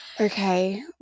okay